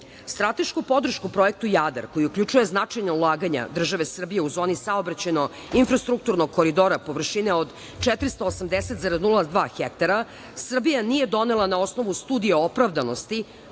podršku Projektu „Jadar“, koji uključuje značajna ulaganja države Srbije u zoni saobraćajno-infrastrukturnog koridora površine od 480,02 hektara Srbija nije donela na osnovu Studije opravdanosti,